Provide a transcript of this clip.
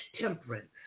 temperance